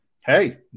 hey